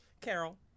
Carol